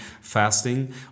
fasting